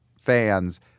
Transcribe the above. fans